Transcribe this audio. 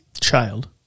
Child